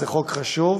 זה חוק חשוב,